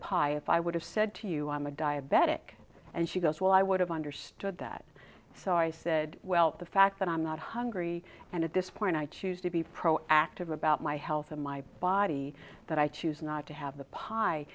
pie if i would have said to you i'm a diabetic and she goes well i would have understood that so i said well the fact that i'm not hungry and at this point i choose to be proactive about my health and my body that i choose not to have the pie